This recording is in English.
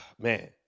Man